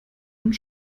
und